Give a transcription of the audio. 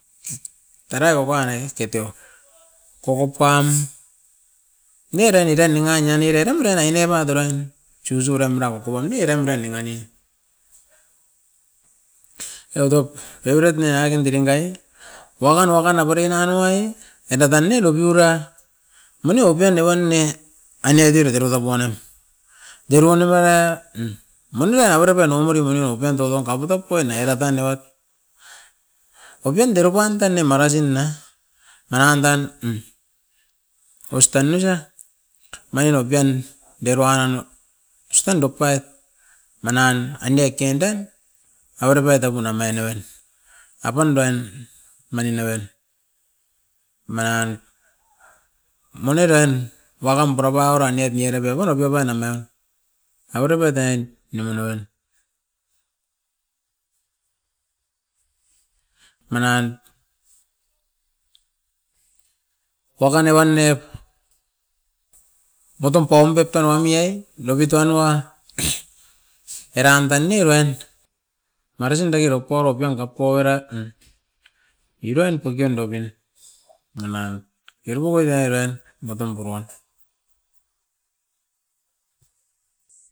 Tanai okuan ne oketeo, koko pam. Nia rain eran niang ainide eram denai deopat eran, siusiu rem erau nokon ne eram de dengan ni. Eva top eva roit nia kin diring kai wakan wakan avere nanoa i, era tan ne nopiura mani opia ne wan ne anine atirot eva top wainim. Diroan evara manua avere pan omori mani okain totong kaputop uan na era tan nevat, opian dero pan tan nim makasi na manan tan oistan osa manin opian deroana no. Ostan dok pait manan ani ekenden, avere pait apun amain noven. Apan doan manin aven manan moni rain wakam pura pauran niot nia rave pan a pio pan ama. Avere pait ain neuman noven, manan wakan ni wan ne motom paun pep tan wam miwai novit uan wa eran tan ne uruain marasin dake rop paup kapiop era. Uruain poki ando pin manan aveu adoiran motom puruan.